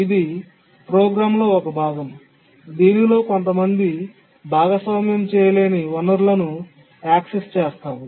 ఇది ప్రోగ్రామ్లో ఒక భాగం దీనిలో కొంతమంది భాగస్వామ్యం చేయలేని వనరులను యాక్సెస్ చేస్తారు